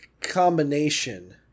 combination